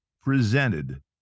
presented